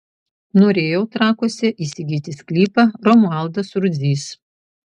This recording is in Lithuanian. norėjo trakuose įsigyti sklypą romualdas rudzys